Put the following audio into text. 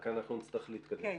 רק נצטרך להתקדם.